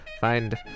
find